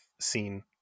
seen